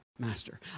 master